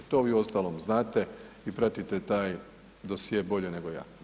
To vi uostalom znate i pratite taj dosje bolje nego ja.